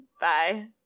Bye